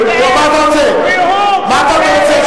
מה אתה רוצה?